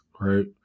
right